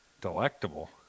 Delectable